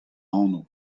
anv